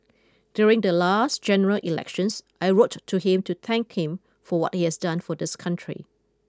during the last general elections I wrote to him to thank him for what he has done for this country